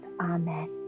Amen